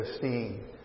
seeing